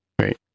right